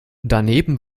daneben